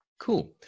cool